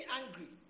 angry